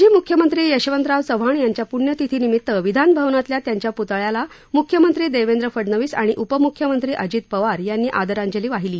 माजी मुख्यमंत्री यशवंतराव चव्हाण यांच्या पुण्यतिथीनिमित्त विधानभवनातल्या त्यांच्या पुतळ्याला मुख्यमंत्री देवेंद्र फडनवीस आणि उपमुख्यमंत्री अजित पवार यांनी आदरांजली वाहिली